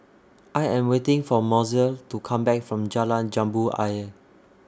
I Am waiting For Mozell to Come Back from Jalan Jambu Ayer